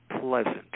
pleasant